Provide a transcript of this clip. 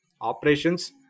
operations